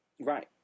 right